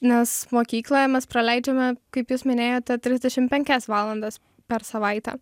nes mokykloje mes praleidžiame kaip jūs minėjote trisdešim penkias valandas per savaitę